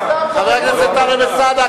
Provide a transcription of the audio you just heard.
חבר הכנסת טלב אלסאנע,